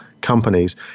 companies